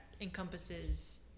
encompasses